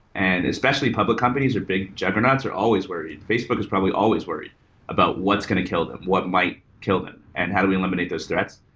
and especially, public companies are big juggernauts. they're always worried. facebook is probably always worried about what's going to kill them. what might kill them, and how do we eliminate those threats.